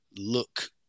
look